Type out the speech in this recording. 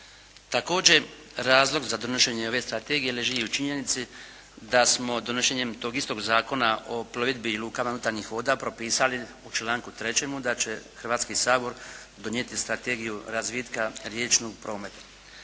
Također, razlog za donošenje ove strategije leži i u činjenici da smo donošenjem tog istog Zakona o plovidbi i lukama unutarnjih voda propisali u članku 3. da će Hrvatski sabor donijeti strategiju razvitka riječnog prometa.